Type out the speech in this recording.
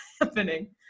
happening